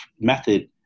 method